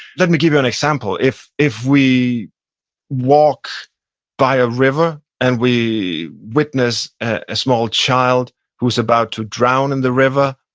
let me give you an example if if we walk by a river and we witness a small child who's about to drown in the river,